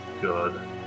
good